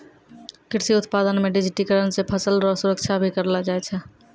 कृषि उत्पादन मे डिजिटिकरण से फसल रो सुरक्षा भी करलो जाय छै